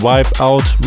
Wipeout